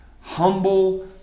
humble